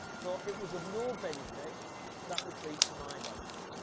so it was of no benefit that retrieve to my dogs.